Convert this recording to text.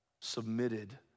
submitted